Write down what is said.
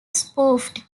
spoofed